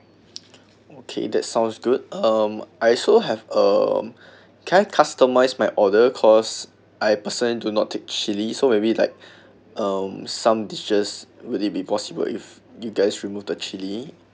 okay that sounds good um I also have um can I customize my order cause I personally do not take chili so maybe like um some dishes would it be possible if you guys remove the chili